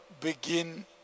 begin